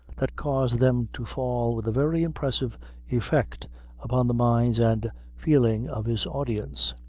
that caused them to fall with a very impressive effect upon the minds and feeling of his audience.